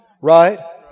Right